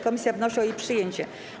Komisja wnosi o jej przyjęcie.